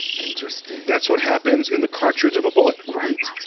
interesting. that's what happens in the cartridges of a bullet. right.